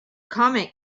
comet